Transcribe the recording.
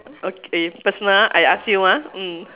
okay personal ah I ask you ah mm